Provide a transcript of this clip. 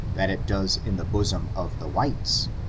that it does in the bosom of the whites.